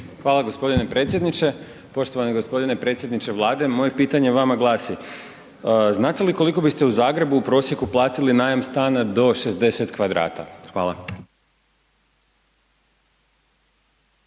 Hvala g. predsjedniče. Poštovani g. predsjedniče Vlade, moje pitanje vama glasi znate li koliko biste u Zagrebu u prosjeku platili najam stana do 60 m2? Hvala.